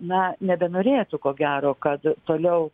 na nebenorėtų ko gero kad toliau